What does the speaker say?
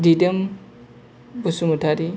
Didom Basumatary